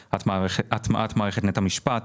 הטמעת מערכת נט המשפט